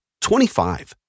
25